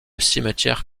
cimetière